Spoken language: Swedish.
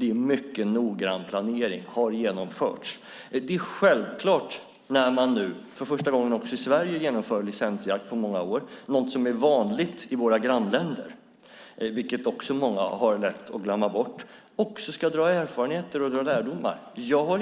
En mycket noggrann planering har genomförts. Det är självklart att vi nu när Sverige genomför licensjakt för första gången på många år - något som är vanligt i våra grannländer, vilket många har lätt att glömma bort - också ska ta vara på erfarenheterna och dra lärdomar. Jag har